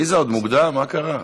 עליזה, עוד מוקדם, מה קרה?